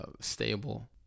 stable